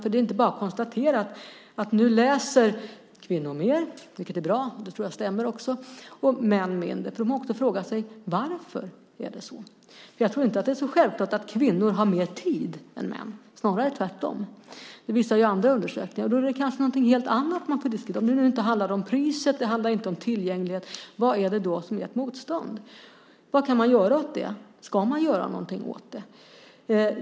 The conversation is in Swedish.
Det är ju inte bara att konstatera att nu läser kvinnor mer - vilket är bra, och jag tror att det stämmer - och män mindre. Man måste fråga sig varför det är så. Jag tror inte att det är självklart att kvinnor har mer tid än män, snarare tvärtom. Det visar andra undersökningar. Det kanske är någonting helt annat det handlar om. Om det inte är priset och inte tillgängligheten, vad är det då som ger ett motstånd? Vad kan man göra åt det? Ska man göra något åt det?